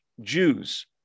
Jews